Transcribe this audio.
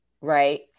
right